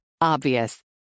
Obvious